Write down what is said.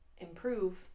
improve